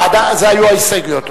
אלה היו ההסתייגויות.